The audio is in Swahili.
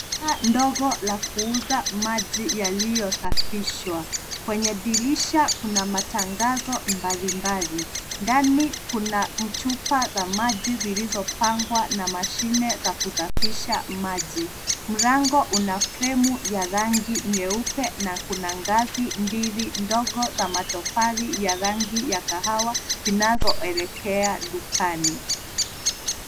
Duka ndogo la kuuza maji yaliyosafishwa. Kwenye dirisha kuna matangazo mbalimbali. Ndani kuna chupa za maji zilizopangwa na mashine za kusafisha maji. Mlango una fremu ya rangi nyeupe na kuna ngazi mbili ndogo za matofali ya rangi ya kahawa zinazoelekea dukani.